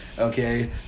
Okay